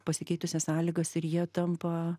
pasikeitusias sąlygas ir jie tampa